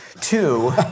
Two